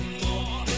more